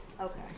Okay